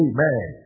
Amen